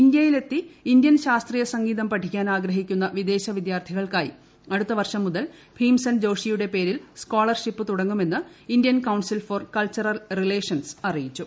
ഇന്തൃയിലെത്തി Indian ശാസ്ത്രീയ സംഗീതം പഠിക്കാൻ ആഗ്രഹിക്കുന്ന വിദേശ വിദ്യാർത്ഥികൾക്കായി അടുത്ത വർഷം മുതൽ ഭീംസെൻ ജോഷിയുടെ പേരിൽ സ്കോളർഷിപ്പ് തുടങ്ങുമെന്ന് Indian Council for Cultural Relations അറിയിച്ചു